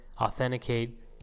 authenticate